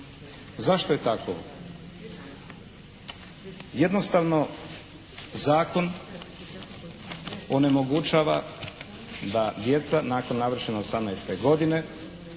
Zašto je tako? Jednostavno zakon onemogućava da djeca nakon navršene 18-te godine